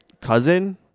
cousin